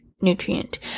nutrient